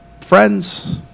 friends